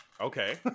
Okay